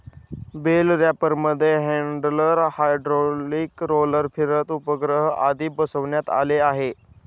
bell रॅपरमध्ये handler, hydraulic roller, फिरता उपग्रह आदी बसवण्यात आले आहे